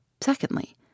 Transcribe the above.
Secondly